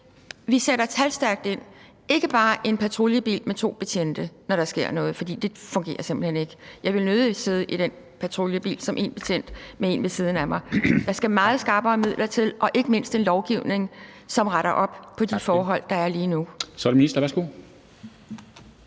der sker noget – og ikke bare med en patruljebil med to betjente, for det fungerer simpelt hen ikke. Jeg ville nødig som den ene betjent sidde i den patruljebil med en anden ved siden af mig. Der skal meget skrappere midler til og ikke mindst en lovgivning, som retter op på de forhold, der er lige nu.